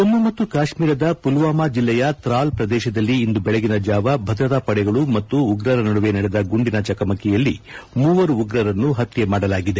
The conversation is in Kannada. ಜಮ್ನು ಮತ್ತು ಕಾಶ್ಮೀರದ ಪುಲ್ವಾಮಾ ಜಿಲ್ಲೆಯ ತ್ರಾಲ್ ಪ್ರದೇಶದಲ್ಲಿ ಇಂದು ಬೆಳಗಿನ ಜಾವ ಭದ್ರತಾ ಪಡೆಗಳು ಮತ್ತು ಉಗ್ರರ ನಡುವೆ ನಡೆದ ಗುಂಡಿನ ಚಕಮಕಿಯಲ್ಲಿ ಮೂವರು ಉಗ್ರರನ್ನು ಹತ್ತೆ ಮಾಡಲಾಗಿದೆ